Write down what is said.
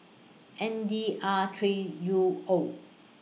N D R three U O